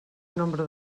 nombre